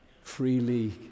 freely